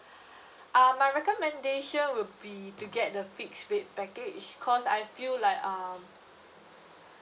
uh my recommendation would be to get the fixed rate package cause I feel like um